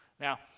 Now